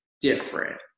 different